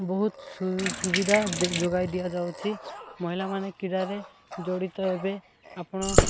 ବହୁତ ସୁ ସୁବିଧା ଯୋଗାଇ ଦିଆଯାଉଛି ମହିଲାମାନେ କ୍ରୀଡ଼ାରେ ଜଡ଼ିତ ହେବେ ଆପଣ